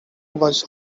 was